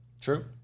True